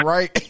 Right